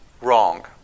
wrong